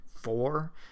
four